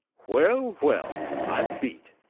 well, well, i'm beat!